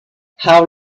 how